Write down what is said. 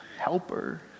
helper